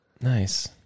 Nice